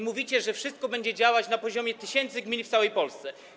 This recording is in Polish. Mówicie, że wszystko będzie działać na poziomie tysięcy gmin w całej Polsce.